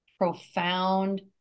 profound